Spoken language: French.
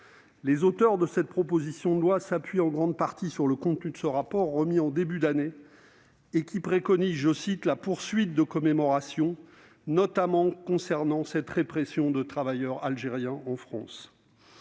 Les auteurs de la présente proposition de loi s'appuient en grande partie sur le contenu de ce rapport remis au début de l'année, qui préconise « la poursuite de commémorations », notamment pour ce qui concerne la « répression de travailleurs algériens en France